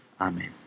Amen